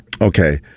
Okay